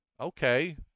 Okay